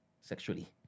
sexually